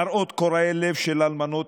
מראות קורעי לב של אלמנות,